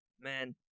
Man